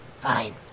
Fine